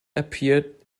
appeared